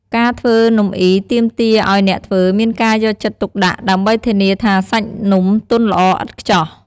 ការធ្វើនំអុីទាមទារឱ្យអ្នកធ្វើមានការយកចិត្តទុកដាក់ ដើម្បីធានាថាសាច់នំទន់ល្អឥតខ្ចោះ។